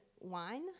Wine